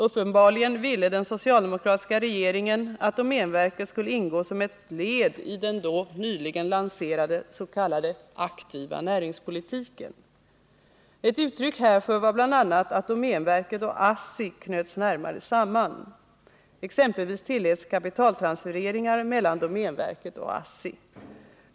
Uppenbarligen ville den socialdemokratiska regeringen att domänverket skulle ingå som ett led i den då nyligen lanserade s.k. aktiva näringspolitiken. Ett uttryck härför var bl.a. att domänverket och ASSI knöts närmare samman. Exempelvis tilläts kapitaltransfereringar mellan domänverket och ASSI.